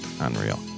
Unreal